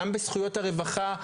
גם בזכויות הרווחה,